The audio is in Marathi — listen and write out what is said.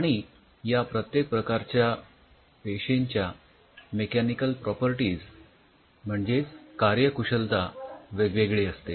आणि या प्रत्येक प्रकारच्या पेशींच्या मेकॅनिकल प्रॉपर्टीज म्हणजेच कार्यकुशलता वेगवेगळी असते